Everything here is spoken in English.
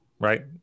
right